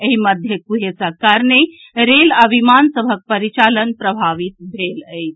एहि मध्य कुहेसक कारणे रेल आ विमान सभक परिचालन प्रभवित भेल अछि